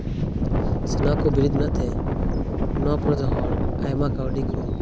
ᱥᱮ ᱱᱚᱣᱟ ᱠᱚ ᱵᱤᱨᱤᱫ ᱢᱮᱱᱟᱜ ᱛᱮ ᱱᱚᱣᱟ ᱯᱚᱱᱚᱛ ᱨᱮᱱ ᱦᱚᱲ ᱟᱭᱢᱟ ᱠᱟᱹᱣᱰᱤ ᱠᱚ